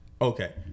Okay